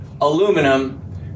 aluminum